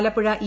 Alappuzha E